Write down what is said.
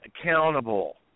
accountable